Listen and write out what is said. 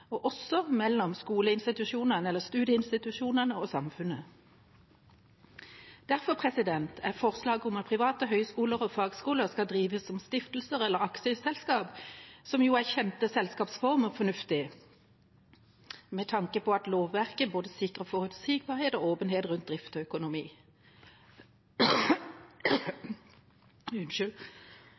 og også mellom skoleinstitusjonene eller studieinstitusjonene og samfunnet. Derfor er forslaget om at private høyskoler og fagskoler skal drives som stiftelser eller aksjeselskap – som jo er kjente selskapsformer – fornuftig, med tanke på at lovverket sikrer både forutsigbarhet og åpenhet rundt drift og økonomi.